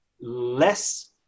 Less